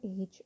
age